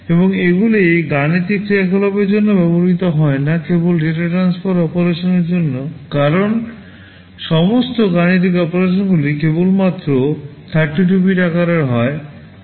এবং এগুলি গাণিতিক ক্রিয়াকলাপগুলির জন্য ব্যবহৃত হয় না কেবল ডেটা ট্রান্সফার অপারেশনের জন্য কারণ সমস্ত গাণিতিক অপারেশনগুলি কেবলমাত্র 32 bit আকারের হয়